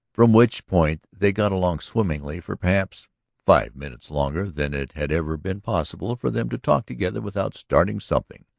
from which point they got along swimmingly for perhaps five minutes longer than it had ever been possible for them to talk together without starting something.